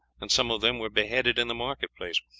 and some of them were beheaded in the market-place.